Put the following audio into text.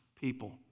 people